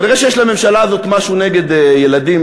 כנראה שיש לממשלה הזאת משהו נגד ילדים,